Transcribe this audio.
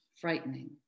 frightening